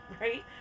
right